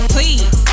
Please